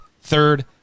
third